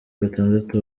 gatandatu